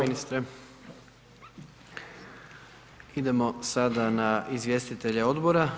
Idemo sada na izvjestitelje Odbora.